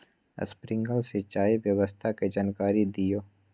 Sprinkler सिंचाई व्यवस्था के जाकारी दिऔ?